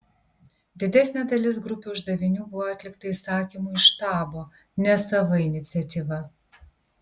didesnė dalis grupių uždavinių buvo atlikta įsakymu iš štabo ne sava iniciatyva